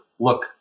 look